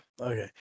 okay